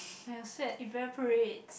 your sweat evaporate